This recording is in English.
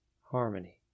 Harmony